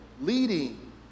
leading